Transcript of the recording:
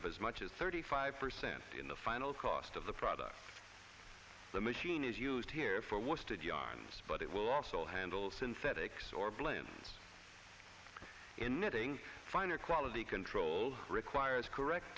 of as much as thirty five percent in the final cost of the product the machine is used here for was to dion's but it will also handle synthetics or blends in knitting finer quality control requires correct